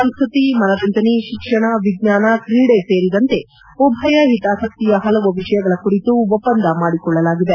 ಸಂಸ್ಕೃತಿ ಮನರಂಜನೆ ಶಿಕ್ಷಣ ವಿಜ್ಞಾನ ಕ್ರೀಡೆ ಸೇರಿದಂತೆ ಉಭಯ ಹಿತಾಸಕ್ತಿಯ ಪಲವು ವಿಷಯಗಳ ಕುರಿತು ಒಪ್ಪದ ಮಾಡಿಕೊಳ್ಳಲಾಗಿದೆ